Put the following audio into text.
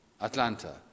Atlanta